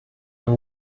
and